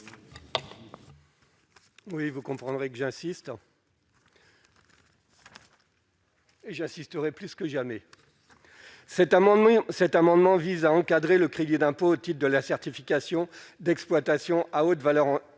Oui, vous comprendrez que j'insiste. Et j'insisterai plus que jamais cet amendement, cet amendement vise à encadrer le crédit d'impôt type de la certification d'exploitation à haute valeur